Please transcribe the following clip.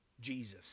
Jesus